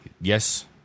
yes